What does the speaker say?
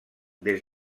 des